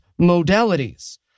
modalities